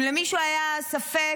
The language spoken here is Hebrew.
אם למישהו היה ספק,